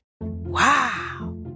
Wow